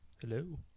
Hello